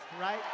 right